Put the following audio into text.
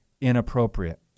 inappropriate